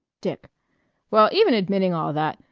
dick well, even admitting all that,